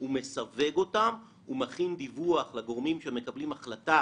הוא מכין דיווח לגורמים שמקבלים החלטה